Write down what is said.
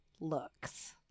looks